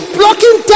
blocking